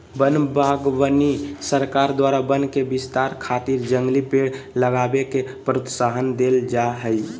वन बागवानी सरकार द्वारा वन के विस्तार खातिर जंगली पेड़ लगावे के प्रोत्साहन देल जा हई